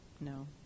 No